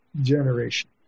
generation